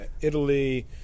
Italy